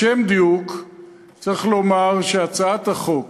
לשם דיוק צריך לומר שהצעת החוק